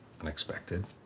unexpected